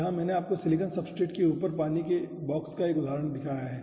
यहां मैंने आपको सिलिकॉन सब्सट्रेट के ऊपर पानी के बॉक्स का 1 उदाहरण दिया है